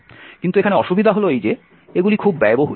কিন্তু এখানে অসুবিধা হল এই যে এগুলি খুব ব্যয়বহুল